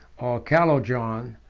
calo-john,